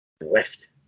left